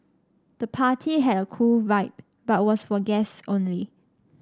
the party had a cool vibe but was for guests only